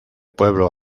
pueblo